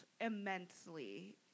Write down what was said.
immensely